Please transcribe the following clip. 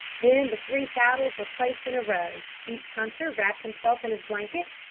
then the three saddles were placed in a row each hunter wrapped himself in his blanket,